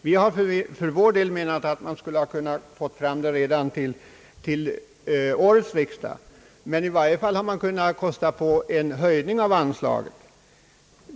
Vi har för vår del menat att man kunde ha fått fram det totalförslaget redan till årets riksdag, men i varje fall borde man kunna kosta på en höjning av anslaget.